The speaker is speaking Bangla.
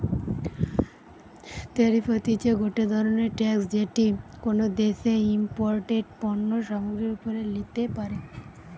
ট্যারিফ হতিছে গটে ধরণের ট্যাক্স যেটি কোনো দ্যাশে ইমপোর্টেড পণ্য সামগ্রীর ওপরে লিতে পারে